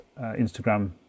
Instagram